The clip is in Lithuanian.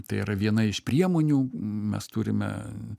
tai yra viena iš priemonių mes turime